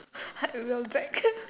like we will back